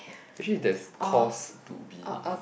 actually there's cause to be